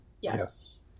Yes